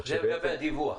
זה לגבי הדיווח.